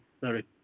Sorry